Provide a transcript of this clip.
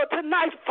Tonight